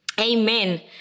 amen